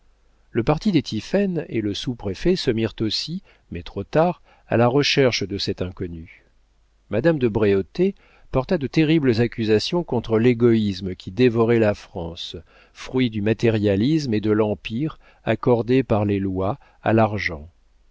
le parti des tiphaine et le sous-préfet se mirent aussi mais trop tard à la recherche de cet inconnu madame de bréautey porta de terribles accusations contre l'égoïsme qui dévorait la france fruit du matérialisme et de l'empire accordé par les lois à l'argent